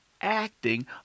acting